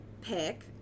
pick